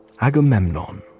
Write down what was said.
Agamemnon